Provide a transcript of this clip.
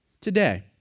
Today